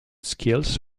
skills